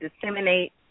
disseminate